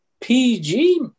PG